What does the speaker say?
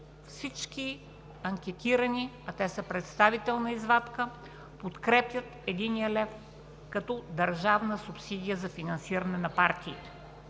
всички анкетирани, а те са представителна извадка, подкрепят единия лев, като държавна субсидия за финансиране на партиите.